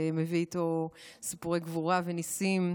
ומביא איתו סיפורי גבורה וניסים.